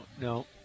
No